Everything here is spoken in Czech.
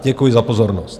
Děkuji za pozornost.